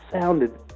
sounded